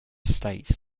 state